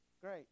great